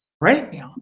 right